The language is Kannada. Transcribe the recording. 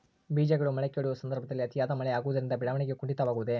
ಬೇಜಗಳು ಮೊಳಕೆಯೊಡೆಯುವ ಸಂದರ್ಭದಲ್ಲಿ ಅತಿಯಾದ ಮಳೆ ಆಗುವುದರಿಂದ ಬೆಳವಣಿಗೆಯು ಕುಂಠಿತವಾಗುವುದೆ?